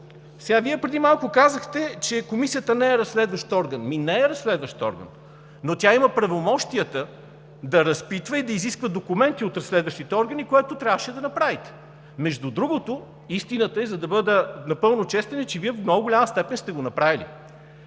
тях. Преди малко Вие казахте, че Комисията не е разследващ орган. Ами не е разследващ орган, но тя има правомощията да разпитва и да изисква документи от разследващите органи, което трябваше да направите. Между другото, истината е, за да бъда напълно честен, че Вие в много голяма степен сте го направили.